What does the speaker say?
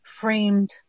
framed